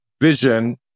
vision